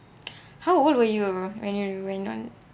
how old were you were when you went on